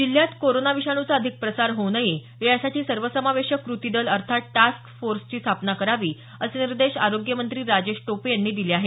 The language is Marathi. जिल्ह्यात कोरोना विषाणूचा अधिक प्रसार होऊ नये यासाठी सर्वसमावेशक कृती दल अर्थात टास्क फोर्सची स्थापना करावी असे निर्देश आरोग्य मंत्री राजेश टोपे यांनी दिले आहेत